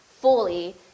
fully